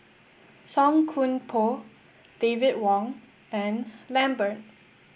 Song Koon Poh David Wong and Lambert